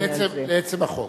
לעצם החוק.